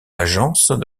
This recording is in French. agences